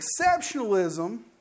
exceptionalism